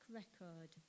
record